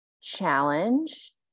challenge